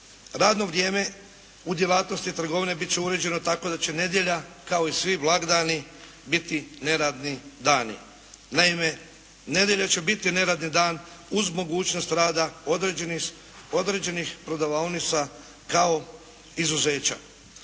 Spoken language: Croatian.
radno vrijeme u djelatnosti trgovine biti će uređeno tako da će nedjelja kao i svi blagdani biti neradni dani. Naime, nedjelja će biti neradni dan uz mogućnost rada određenih prodavaonica kao izuzeća.